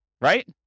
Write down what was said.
Right